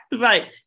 Right